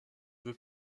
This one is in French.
veut